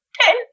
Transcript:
Ten